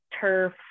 turf